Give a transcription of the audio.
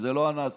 זה לא הנושא,